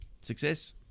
success